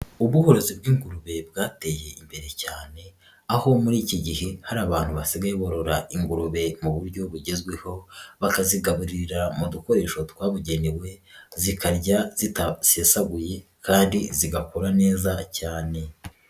uburozi bw'ingurube bwateye imbere cyane, aho muri iki gihe hari abantu basigaye barora ingurube mu buryo bugezweho, bakazigaburira mu dukoresho twabugenewe, zikarya zitasesaguye kandi zigakura neza cyane.